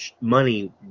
money